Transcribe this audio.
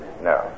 No